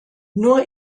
nur